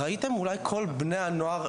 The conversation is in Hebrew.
בני הנוער,